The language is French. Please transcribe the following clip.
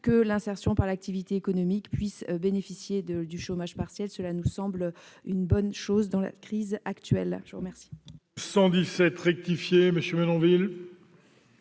que l'insertion par l'activité économique puisse bénéficier du chômage partiel. Cela nous semble une bonne chose compte tenu de la crise actuelle. La parole